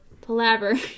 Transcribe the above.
palaver